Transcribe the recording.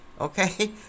okay